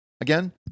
again